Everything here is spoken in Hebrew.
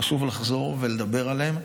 חשוב לחזור ולדבר עליהם,